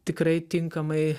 tikrai tinkamai